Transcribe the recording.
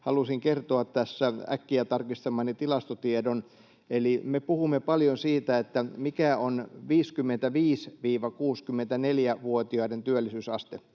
halusin kertoa tässä äkkiä tarkistamani tilastotiedon. Me puhumme paljon siitä, mikä on 55—64-vuotiaiden työllisyysaste.